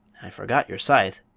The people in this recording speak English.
i forgot your scythe,